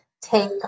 take